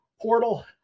portal